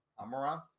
amaranth